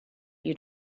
you